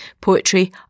poetry